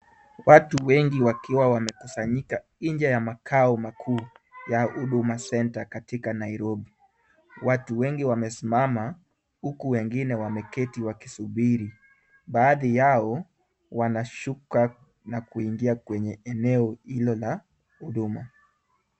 Watu wengi wakiwa wamekusanyika nje ya makao makuu ya huduma center katika Nairobi, watu wengi wamesimama huku wengine wameketi wakisubiri. Baadhi yao wanashuka na kuingia kwenye eneo hilo la huduma.